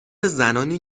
زنانی